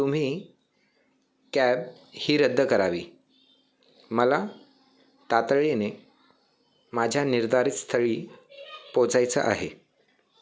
तुम्ही कॅब ही रद्द करावी मला तातडीने माझ्या निर्धारित स्थळी पोहोचायचं आहे